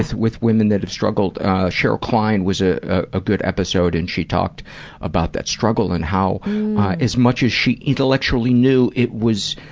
with with women that have struggled cheryl klein was a ah good episode. and she talked about that struggle, and how as much as she intellectually knew it was,